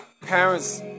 Parents